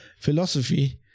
philosophy